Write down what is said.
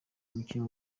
umukinnyi